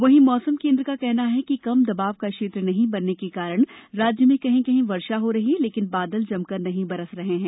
वहीं मौसम केन्द्र का कहना है कि कम दबाव का क्षेत्र नहीं बनने के कारण राज्य में कहीं कहीं वर्षा हो रही है लेकिन बादल जमकर नहीं बरस रहे हैं